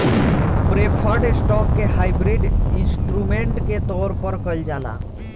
preferred stock के hybrid instrument के तौर पर कइल जाला